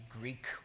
Greek